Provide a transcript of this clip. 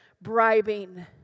bribing